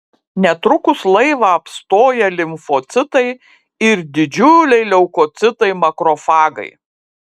netrukus laivą apstoja limfocitai ir didžiuliai leukocitai makrofagai